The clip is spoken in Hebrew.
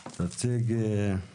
בבקשה.